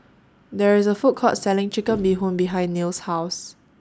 There IS A Food Court Selling Chicken Bee Hoon behind Nils' House